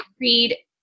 read